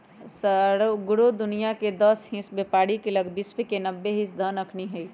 सगरो दुनियाँके दस हिस बेपारी के लग विश्व के नब्बे हिस धन अखनि हई